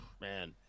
Man